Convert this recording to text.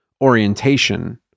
orientation